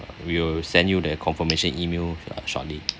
we'll send you the confirmation email uh shortly